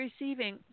receiving